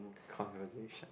conversation